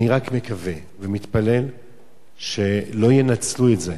אני רק מקווה ומתפלל שלא ינצלו את זה,